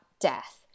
death